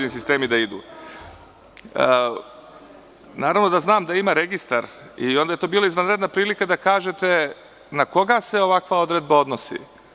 Naravno da znam da ima registar i onda je bila izvanredna prilika da kažete na koga se ovakva odredba odnosi.